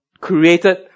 created